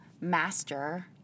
master